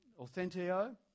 authentio